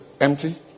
empty